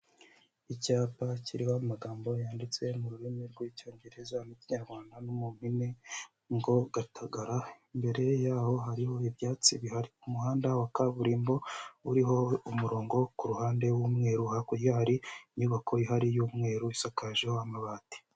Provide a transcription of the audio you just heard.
Icyapa kiriho amagambo yanditse mu rurimi rw'Icyongereza n'Ikinyarwanda no mu mpine ngo "Gatagara", imbere yaho hariho ibyatsi bihari, umuhanda wa kaburimbo uriho umurongo ku ruhande w'umweru, hakurya hari inyubako ihari y'umweru isakajeho amabati.